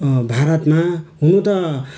भारतमा हुनु त